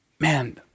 Man